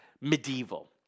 medieval